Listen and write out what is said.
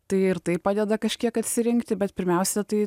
tai ir tai padeda kažkiek atsirinkti bet pirmiausia tai